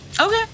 Okay